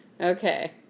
Okay